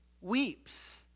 weeps